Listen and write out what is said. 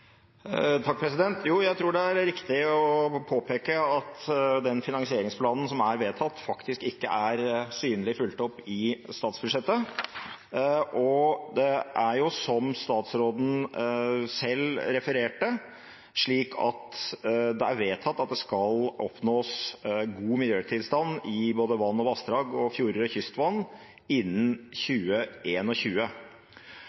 Jo, jeg tror det er riktig å påpeke at den finansieringsplanen som er vedtatt, faktisk ikke er synlig fulgt opp i statsbudsjettet. Som statsråden selv refererte, er det vedtatt at det skal oppnås god miljøtilstand i både vann og vassdrag og fjorder og kystvann innen